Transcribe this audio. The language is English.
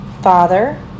father